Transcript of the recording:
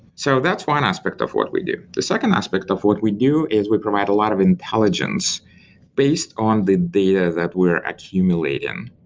so that's one aspect of what we do. the second aspect of what we do is we provide a lot of intelligence based on the data that we're accumulating,